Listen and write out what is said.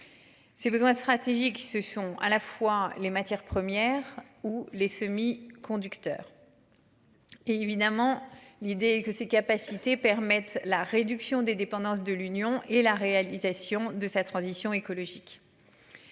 Ces besoins stratégiques qui se sont à la fois les matières premières ou les semi-conducteurs. Et évidemment l'idée que ses capacités permettent la réduction des dépendances de l'Union et la réalisation de sa transition écologique.